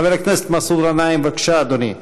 חבר הכנסת מסעוד גנאים, בבקשה, אדוני.